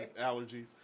allergies